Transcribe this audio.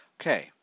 Okay